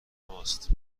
ماست